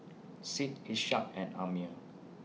Syed Ishak and Ammir